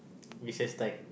recess time